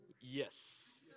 Yes